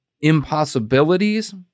impossibilities